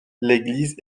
l’église